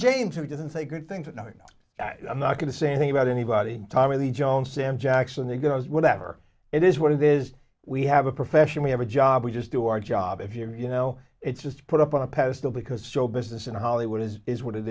james who doesn't say good things and no i'm not going to say anything about anybody tommy lee jones sam jackson they go whatever it is what it is we have a profession we have a job we just do our job if you're you know it's just put up on a pedestal because show business in hollywood is is what it